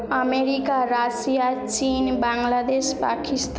America Russia চিন বাংলাদেশ পাকিস্তান